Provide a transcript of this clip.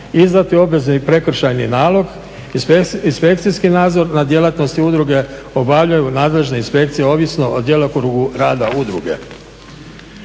izdati obveze i prekršajni nalog. Inspekcijski nadzor nad djelatnosti udruge obavljaju nadležne inspekcije ovisno o djelokrugu rada udruge.